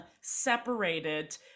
separated